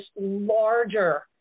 larger